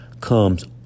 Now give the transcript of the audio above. comes